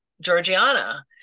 georgiana